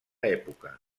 època